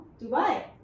Dubai